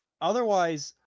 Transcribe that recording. Otherwise